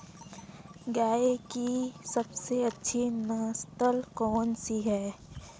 गाय की सबसे अच्छी नस्ल कौनसी है?